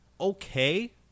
okay